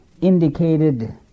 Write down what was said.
indicated